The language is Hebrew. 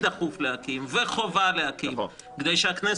אם כבר מדברים פה מי תקע ומי לא תקע את עבודת הכנסת,